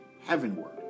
heavenward